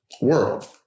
world